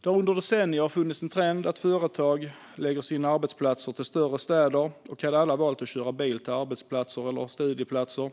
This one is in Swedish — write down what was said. Det har under decennier varit en trend att företag förlägger sina arbetsplatser till större städer, och om alla hade valt att köra bil till arbetsplatser och studieplatser